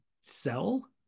sell